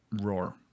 Roar